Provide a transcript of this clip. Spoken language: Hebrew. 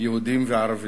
יהודים וערבים.